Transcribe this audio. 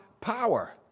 power